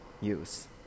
use